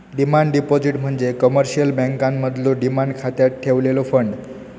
demand deposit म्हणजे commercial बँकांमधलो demand खात्यात ठेवलेलो फंड